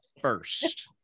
first